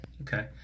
okay